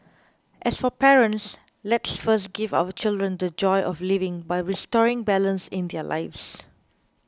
as for parents let's first give our children the joy of living by restoring balance in their lives